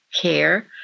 care